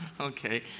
okay